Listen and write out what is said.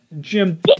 Jim